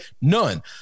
none